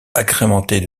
agrémentée